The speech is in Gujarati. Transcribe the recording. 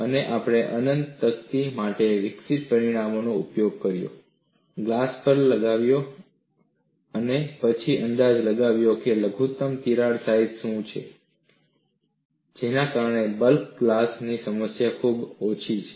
અને આપણે અનંત તકતી માટે વિકસિત પરિણામનો ઉપયોગ કર્યો ગ્લાસ પર લગાવ્યો અને પછી અંદાજ લગાવ્યો કે લઘુત્તમ તિરાડ સાઇઝ શું છે જેના કારણે બલ્ક ગ્લાસ ની સમસ્યા ખૂબ ઓછી છે